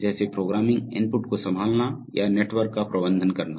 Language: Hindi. जैसे प्रोग्रामिंग इनपुट को संभालना या नेटवर्क का प्रबंधन करना